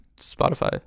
Spotify